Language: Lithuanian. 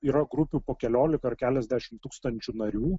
yra grupių po keliolika ar keliasdešimt tūkstančių narių